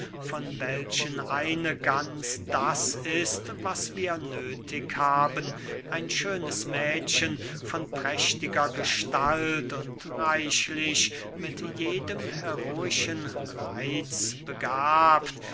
von welchen eine ganz das ist was wir nöthig haben ein schönes mädchen von prächtiger gestalt und reichlich mit jedem heroischen reitz begabt